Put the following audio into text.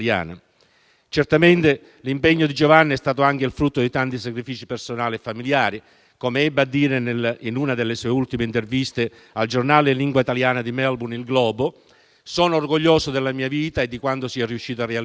Certamente l'impegno di Giovanni è stato anche il frutto di tanti sacrifici personali e familiari. Come ebbe a dire in una delle sue ultime interviste al giornale in lingua italiana di Melbourne «II Globo»: «Sono orgoglioso della mia vita e di quanto sia riuscito a realizzare.